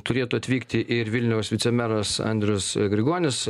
turėtų atvykti ir vilniaus vicemeras andrius grigonis